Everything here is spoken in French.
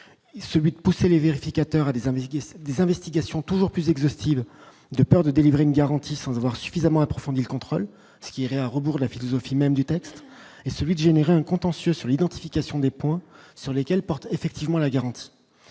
celui de pousser les vérificateurs a désinvesti des investigations toujours plus exhaustive de peur de délivrer une garantie sans avoir suffisamment approfondie, le contrôle, ce qui irait à rebours la philosophie même du texte, et celui de générer un contentieux sur l'identification des points sur lesquels porte effectivement la garantie